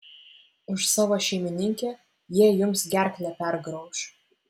už savo šeimininkę jie jums gerklę pergrauš